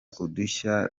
udushya